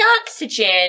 oxygen